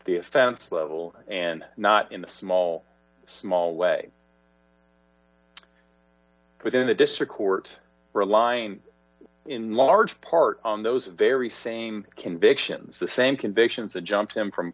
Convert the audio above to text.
offense level and not in a small small way within a district court or a line in large part on those very same convictions the same convictions that jumped him from